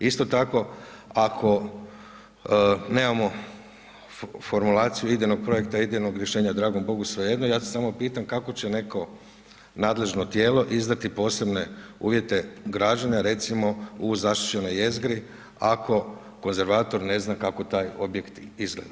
Isto tako ako nemamo formulaciju idejnog projekta, idejnog rješenja, dragom bogu svejedno, ja se samo pitam kako će neko nadležno tijelo izdati posebne uvjete građenja, recimo u zaštićenoj jezgri, ako konzervator ne zna kako taj objekt izgleda.